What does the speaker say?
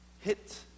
hit